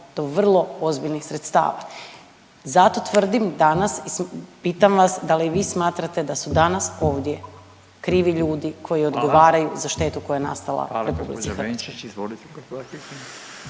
do vrlo ozbiljnih sredstava. Zato tvrdim, danas pitam vas da li i vi smatrate da su danas ovdje krivi ljudi koji odgovaraju …/Upadica: Hvala./… za štetu koja je nastala RH? **Radin,